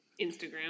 Instagram